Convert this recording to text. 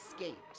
escaped